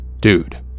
Dude